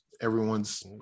Everyone's